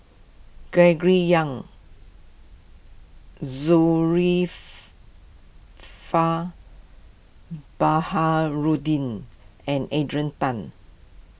Gregory Yong Baharudin and Adrian Tan